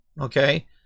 Okay